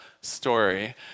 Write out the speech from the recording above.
story